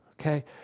Okay